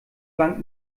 bank